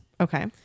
okay